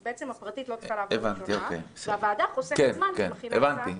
אז הפרטית לא צריכה לעבור ראשונה והוועדה חוסכת זמן ומכינה הצעה אחת.